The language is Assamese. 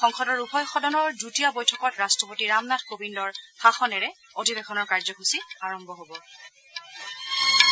সংসদৰ উভয় সদনৰ যুটীয়া বৈঠকত ৰাট্টপতি ৰামনাথ কোবিন্দৰ ভাষণেৰে অধিৱেশনৰ কাৰ্যসূচী আৰম্ভ হ'ব